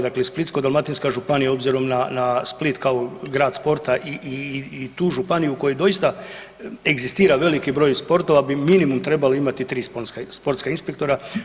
Dakle, Splitsko-dalmatinska županija s obzirom na Split kao grad sporta i tu županiju koju doista egzistira veliki broj sportova bi minimum trebali imati 3 sportska inspektora.